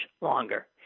longer